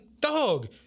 dog